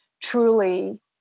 truly